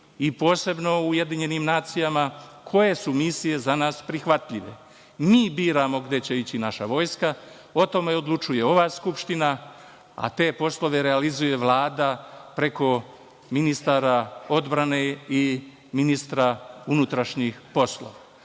i posebno u UN, koje su misije za nas prihvatljive. Mi biramo gde će ići naša vojska. O tome odlučuje ova Skupština, a te poslove realizuje Vlada preko ministra odbrane i ministra unutrašnjih poslova. Da